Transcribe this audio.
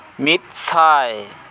ᱢᱤᱫ ᱥᱟᱭ